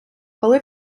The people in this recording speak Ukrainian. коли